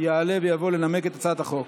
יעלה ויבוא לנמק את הצעת החוק.